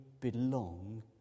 belong